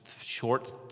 short